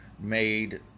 made